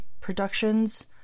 productions